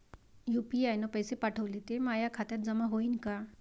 UPI न पैसे पाठवले, ते माया खात्यात जमा होईन का?